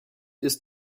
ist